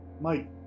Mike